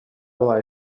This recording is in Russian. была